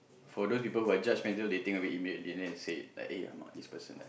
for those people who are judgmental they think a bit they never say it like eh I'm uh this person like